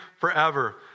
forever